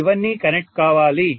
ఇవన్నీ కనెక్ట్ కావాలి